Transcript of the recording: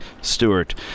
Stewart